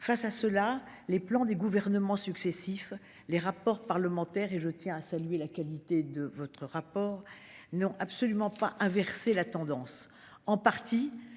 Face à cela les plans des gouvernements successifs. Les rapports parlementaires et je tiens à saluer la qualité de votre rapport. Non, absolument pas inverser la tendance